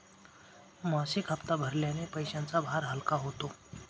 मासिक हप्ता भरण्याने पैशांचा भार हलका होतो